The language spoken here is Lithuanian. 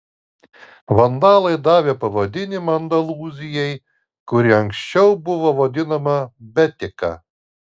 vandalai davė pavadinimą andalūzijai kuri anksčiau buvo vadinama betika